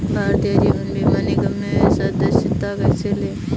भारतीय जीवन बीमा निगम में सदस्यता कैसे लें?